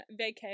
vacay